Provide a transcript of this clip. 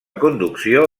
conducció